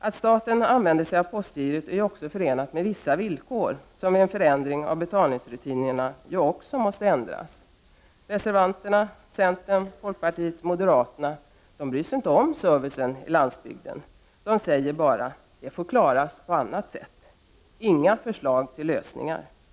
Att staten använder sig av postgirot är ju även förenat med vissa villkor, som vid en förändring av betalningsrutinerna också måste ändras. Reservanterna folkpartiet, centern och moderaterna bryr sig inte om servicen på landsbygden. De säger bara att den får klaras på annat sätt. De har inte några förslag till lösningar att komma med.